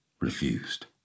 refused